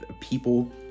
people